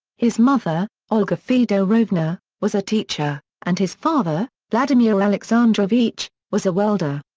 his mother, olga fedorovna, was a teacher, and his father, vladimir alexandrovich, was a welder.